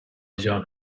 jon